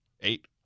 Eight